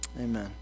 Amen